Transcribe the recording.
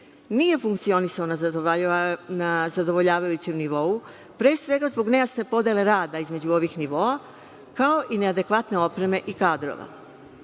nije funkcionisao na zadovoljavajućem nivou pre svega zbog nejasne podele rada između ovih nivoa, kao i neadekvatne opreme i kadrova.